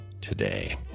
today